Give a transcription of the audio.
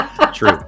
True